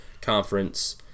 conference